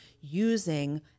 using